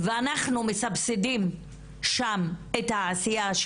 ואנחנו מסבסדים שם את העשייה,